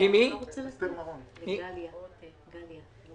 לסידור ולרציפות,